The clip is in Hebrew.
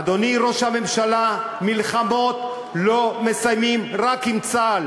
אדוני ראש הממשלה, מלחמות לא מסיימים רק עם צה"ל.